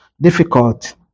difficult